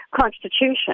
constitution